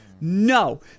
No